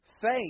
faith